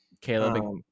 Caleb